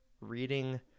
reading